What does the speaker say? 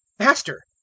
master,